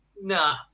nah